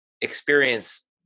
experience